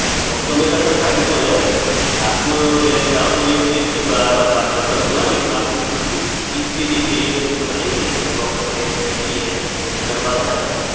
अच्छा सॉप तो मेरा सर थाटीपुर है आपको मैं चाहूँ तो एक लिस्ट वॉट्सअप कर दूँगा लेकिन आपको किस किस चीज़ के लिए चाहिए मेरे को बताएंगे जैसे चौखट है खिड़की है दरवाज़ा है